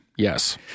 Yes